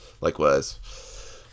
Likewise